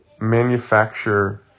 manufacture